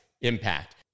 impact